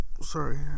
Sorry